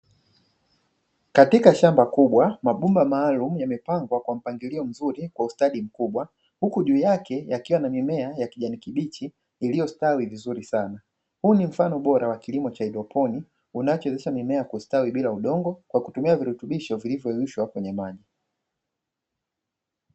Katika shamba kubwa mabomba maalum yamepangwa kwa mpangilio mzuri kwa ustadi mkubwa, huku juu yake yakiwa yana mimea ya kijani kibichi iliyostawi vizuri sana, huu ni mfano bora wa kilimo cha haidroponi unachootesha mimea kustawi bila udongo kwa kutumia virutubisho vilivyoyeyushwa kwenye maji.